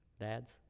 dads